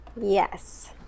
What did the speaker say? Yes